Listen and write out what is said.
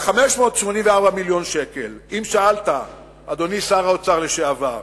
ו-584 מיליון שקל, אם שאלת, אדוני שר האוצר לשעבר,